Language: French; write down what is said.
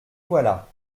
voilà